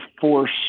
force